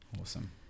Awesome